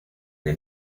que